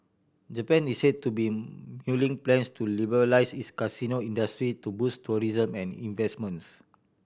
Japan is said to be mulling plans to liberalise its casino industry to boost tourism and investments